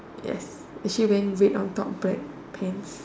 yes is she wearing red on top black pants